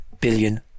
billion